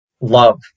love